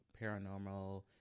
paranormal